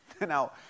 Now